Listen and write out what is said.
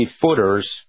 footers